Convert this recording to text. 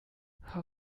how